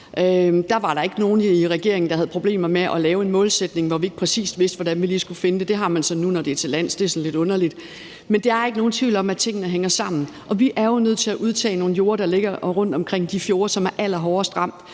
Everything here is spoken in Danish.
der var der ikke nogen i regeringen, der havde problemer med at lave en målsætning, hvor vi ikke præcis vidste, hvordan vi lige skulle finde det. Men det har man så nu, når det er til lands, og det er sådan lidt underligt. Men der er ikke nogen tvivl om, at tingene hænger sammen. Og vi er jo nødt til at udtage nogle jorder, der ligger rundt omkring de fjorde, som er allerhårdest ramt.